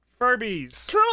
Furbies